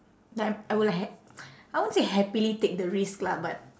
like I'm I will ha~ I won't say happily take the risk lah but